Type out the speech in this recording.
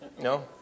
No